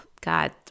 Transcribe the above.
God